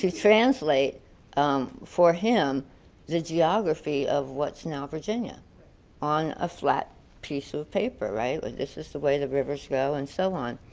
translate um for him the geography of what's now virginia on a flat piece of paper, right. well, this is the way the rivers go and so on.